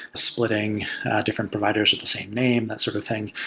splitting different providers with the same name, that sort of thing.